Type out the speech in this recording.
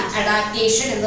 adaptation